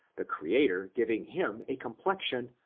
the creator giving him a complexion,